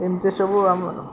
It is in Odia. ଏମିତି ସବୁ ଆମର